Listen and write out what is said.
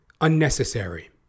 unnecessary